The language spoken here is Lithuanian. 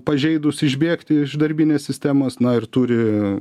pažeidus išbėgti iš darbinės sistemos na ir turi